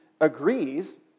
agrees